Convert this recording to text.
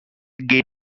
get